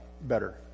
better